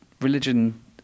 Religion